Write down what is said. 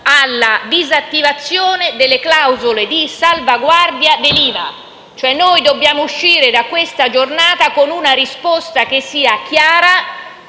alla disattivazione delle clausole di salvaguardia dell'IVA. Noi dobbiamo uscire da questa giornata con una risposta chiara